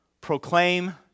proclaim